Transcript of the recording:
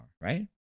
right